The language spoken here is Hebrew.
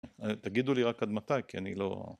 תגידו לי רק עד מתי כי אני לא